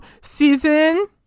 season